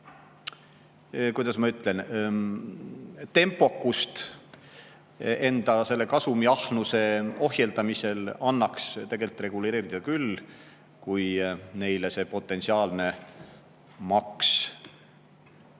kuidas ma ütlen? – tempokust enda kasumiahnuse ohjeldamisel annaks tegelikult reguleerida küll, kui neile see potentsiaalne maks